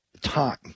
time